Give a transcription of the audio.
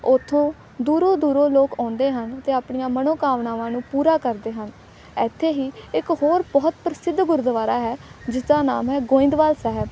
ਉੱਥੋਂ ਦੂਰੋਂ ਦੂਰੋਂ ਲੋਕ ਆਉਂਦੇ ਹਨ ਅਤੇ ਆਪਣੀਆਂ ਮਨੋਕਾਮਨਾਵਾਂ ਨੂੰ ਪੂਰਾ ਕਰਦੇ ਹਨ ਇੱਥੇ ਹੀ ਇੱਕ ਹੋਰ ਬਹੁਤ ਪ੍ਰਸਿੱਧ ਗੁਰਦੁਆਰਾ ਹੈ ਜਿਸ ਦਾ ਨਾਮ ਹੈ ਗੋਇੰਦਵਾਲ ਸਾਹਿਬ